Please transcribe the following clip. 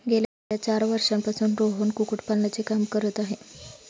गेल्या चार वर्षांपासून रोहन कुक्कुटपालनाचे काम करत आहे